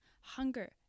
hunger